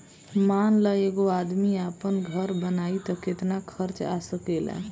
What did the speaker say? मान ल एगो आदमी आपन घर बनाइ त केतना खर्च आ सकेला